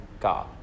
God